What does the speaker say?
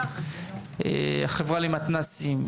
החברה למתנ"סים,